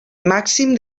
màxim